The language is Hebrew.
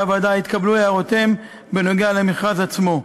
הוועדה והתקבלו הערותיהם לגבי המכרז עצמו.